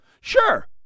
sure